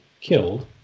killed